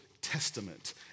Testament